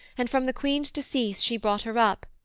and from the queen's decease she brought her up.